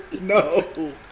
No